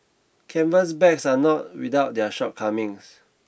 canvas bags are not without their shortcomings